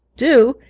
do?